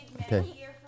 Okay